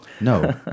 No